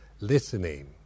listening